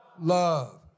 love